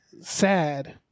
sad